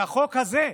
והחוק הזה,